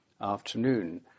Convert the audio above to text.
afternoon